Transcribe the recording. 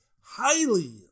highly